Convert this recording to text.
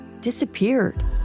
disappeared